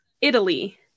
Italy